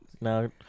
No